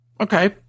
okay